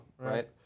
right